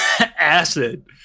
Acid